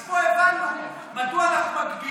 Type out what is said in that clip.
אז פה הבנו מדוע אנחנו מגבילים,